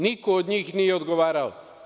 Niko od njih nije odgovarao.